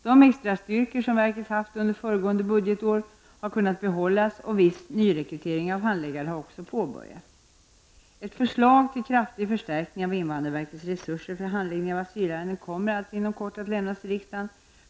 De extrastyrkor som verket haft under föregående budgetår har kunnat behållas och viss nyrekrytering av handläggare har också påbörjats. Ett förslag till kraftig förstärkning av invandrarverkets resurser för handläggning av asylärenden kommer alltså inom kort att lämnas till riksdagen.